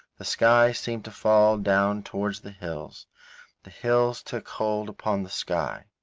the sky seemed to fall down towards the hills the hills took hold upon the sky.